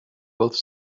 both